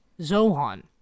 zohan